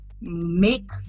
make